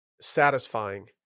satisfying